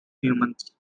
humans